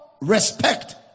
respect